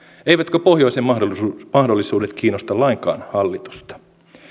eivätkö pohjoisen mahdollisuudet mahdollisuudet kiinnosta lainkaan hallitusta